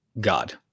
God